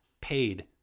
paid